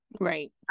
Right